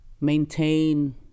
maintain